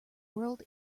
whirled